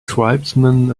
tribesmen